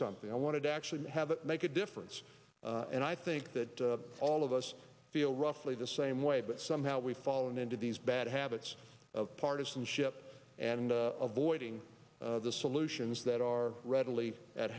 something i wanted to actually have it make a difference and i think that all of us feel roughly the same way but somehow we've fallen into these bad habits of partisanship and avoiding the solutions that are readily at